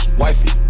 wifey